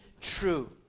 true